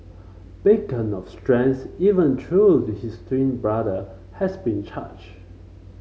beacon of strength even though his twin brother has been charged